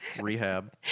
rehab